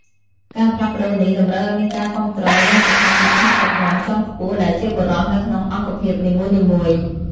ការផ្លាស់ប្ដូរនេះ តម្រូវឱ្យមានការគាំទ្រយ៉ាងសកម្មពីថ្នាក់ដឹកនាំជាន់ខ្ពស់ដែលជាបុរសនៅក្នុងអង្គភាពនីមួយៗ។